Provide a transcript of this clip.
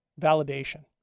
validation